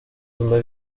segunda